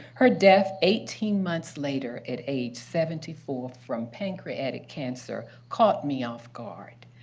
her death eighteen months later, at age seventy four from pancreatic cancer, caught me off guard.